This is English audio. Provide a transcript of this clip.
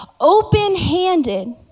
open-handed